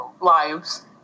lives